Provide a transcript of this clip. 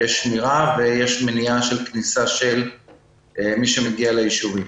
יש שמירה ויש מניעת כניסה של מי שמגיע לישובים.